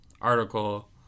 article